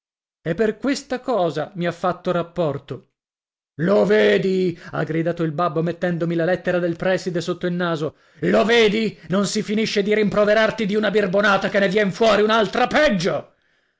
e per questa cosa mi ha fatto rapporto lo vedi ha gridato il babbo mettendomi la lettera del prèside sotto il naso lo vedi non si finisce di rimproverarti di una birbonata che ne vien fuori un'altra peggio